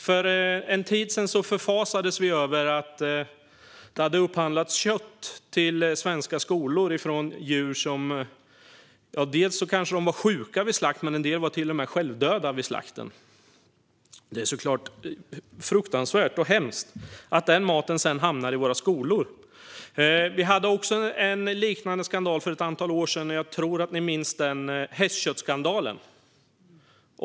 För en tid sedan förfasades vi över att det hade upphandlats kött till svenska skolor från djur som dels var sjuka vid slakt, dels självdöda. Det är såklart fruktansvärt hemskt att denna mat sedan hamnade i våra skolor. Vi hade en liknande skandal för ett antal år sedan som jag tror att ni minns: hästköttskandalen.